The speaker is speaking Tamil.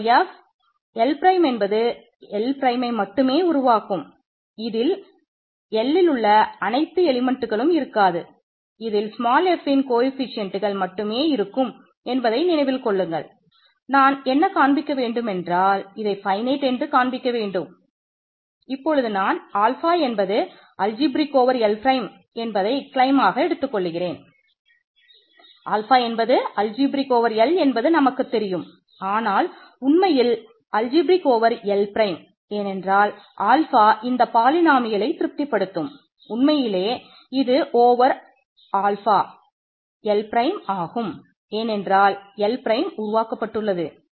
K L L பிரைம் உருவாக்கப்பட்டுள்ளது